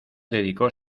dedicó